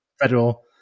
Federal